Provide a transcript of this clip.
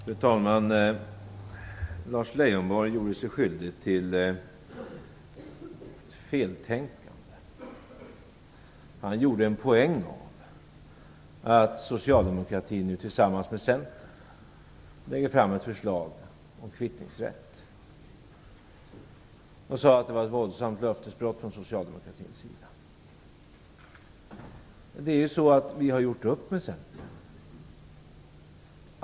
Fru talman! Lars Leijonborg gjorde sig skyldig till ett feltänkande. Han gjorde en poäng av att socialdemokratin nu tillsammans med Centern lägger fram ett förslag om kvittningsrätt. Han sade att det var ett våldsamt löftesbrott från socialdemokratins sida. Vi har gjort upp med Centern.